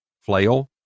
flail